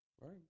Right